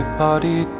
party